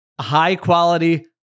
high-quality